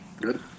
Good